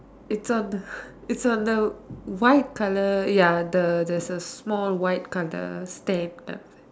it's on the it's on the white color ya the there is a small white color stamp